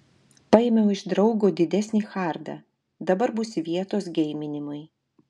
paėmiau iš draugo didesnį hardą dabar bus vietos geiminimui